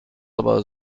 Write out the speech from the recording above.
aber